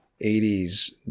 80s